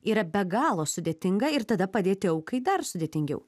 yra be galo sudėtinga ir tada padėti aukai dar sudėtingiau